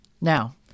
Now